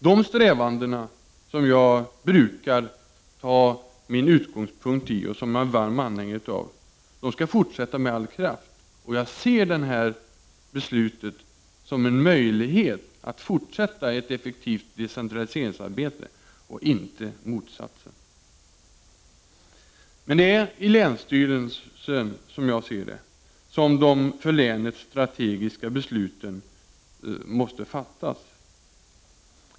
De strävanden som jag brukar ta min utgångspunkt i, och som jag är en varm anhängare av, skall fortsätta med all kraft. Jag ser det här beslutet som en möjlighet att fortsätta ett effektivt decentraliseringsarbete, inte som motsatsen. Men det är i länsstyrelsen, anser jag, som de för länet strategiska besluten måste fattas.